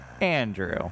Andrew